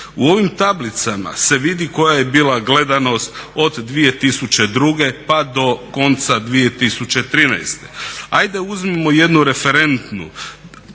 U ovim tablicama se vidi koja je bila gledanost od 2002. pa do konca 2013. Ajde uzmimo jednu referentnu